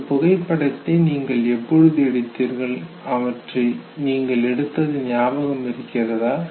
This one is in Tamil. இந்த புகைப்படத்தை நீங்கள் எப்பொழுது எடுத்தீர்கள் அவற்றை நீங்கள் எடுத்து ஞாபகமிருக்கிறதா